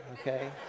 okay